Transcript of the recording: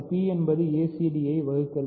p என்பது acd ஐ வகிக்கிறது